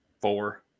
four